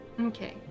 Okay